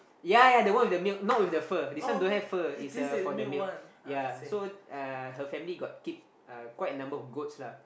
yea yea the one with the milk not with the fur this one don't have fur it's uh for the milk yea so uh her family got keep uh quite a number of goats lah